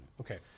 Okay